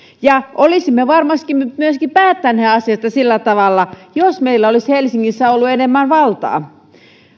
olisimme varmasti myöskin päättäneet asiasta sillä tavalla jos meillä olisi helsingissä ollut enemmän valtaa